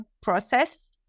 process